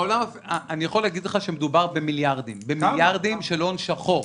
אני יכול להגיד לך שמדובר במיליארדים של הון שחור.